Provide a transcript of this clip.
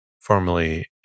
formerly